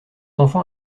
enfant